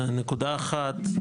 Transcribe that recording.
נקודה אחת,